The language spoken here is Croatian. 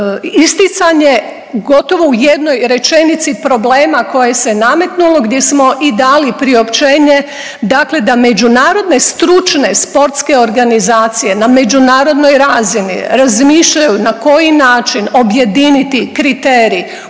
isticanje gotovo u jednoj rečenici problema koje se nametnulo gdje smo i dali priopćenje, dakle da međunarodne stručne sportske organizacije na međunarodnoj razini razmišljaju na koji način objediniti kriterij